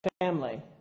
family